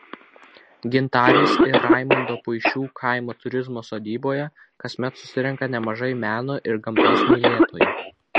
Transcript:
gintarės ir raimondo puišių kaimo turizmo sodyboje kasmet susirenka nemažai meno ir gamtos mylėtojų